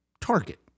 target